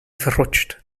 verrutscht